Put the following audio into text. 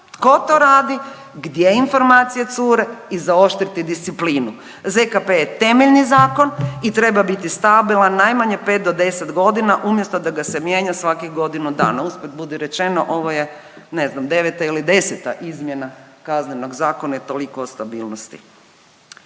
tko to radi, gdje informacije cure i zaoštriti disciplinu. ZKP je temeljni zakon i treba biti stabilan najmanje 5-10 godina umjesto da ga se mijenja svakih godinu dana. Usput budi rečeno, ovo je ne znam 9 ili 10 izmjena Kaznenog zakona i toliko o stabilnosti.